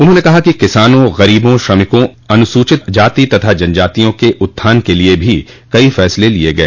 उन्होंने कहा कि किसानों गरीबों श्रमिकों अनुसूचित जाति तथा जनजातियों के उत्थान के लिये भी कई फसले लिये गय